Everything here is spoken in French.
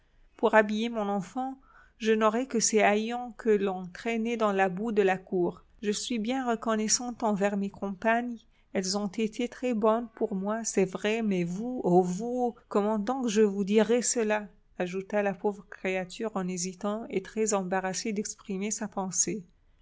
pour habiller mon enfant je n'aurais que ces haillons que l'on traînait dans la boue de la cour je suis bien reconnaissante envers mes compagnes elles ont été très-bonnes pour moi c'est vrai mais vous ô vous comment donc que je vous dirai cela ajouta la pauvre créature en hésitant et très embarrassée d'exprimer sa pensée